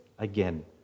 Again